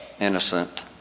innocent